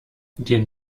den